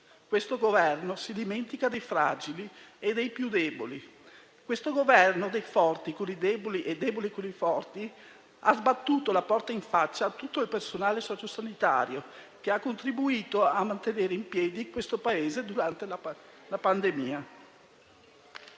questo Governo si dimentica dei fragili e dei più deboli. Questo Governo dei forti con i deboli e dei deboli con i forti ha sbattuto la porta in faccia a tutto il personale sociosanitario che ha contribuito a mantenere in piedi questo Paese durante la pandemia.